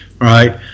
right